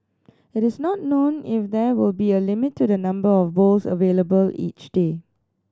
it is not known if there will be a limit to the number of bowls available each day